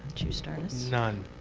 you start us? none.